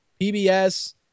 PBS